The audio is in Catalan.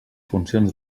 funcions